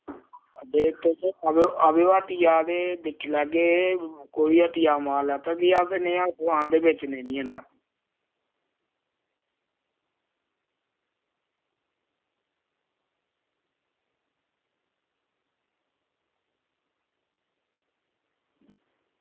ते तुस आवेओ हट्टिया ते दिक्खी लैगे कोई होर हट्टिया समान लैता होऐ क्योंकि एह् जेहा समान अस हट्टिया बेचदे निं हैन